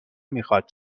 میخواد